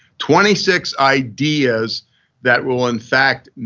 twenty six ideas that will in fact